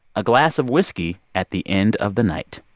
a glass of whiskey at the end of the night.